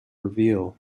reveal